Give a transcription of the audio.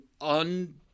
un